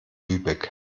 lübeck